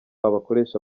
abakoresha